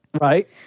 Right